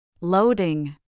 Loading